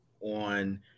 on